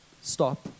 stop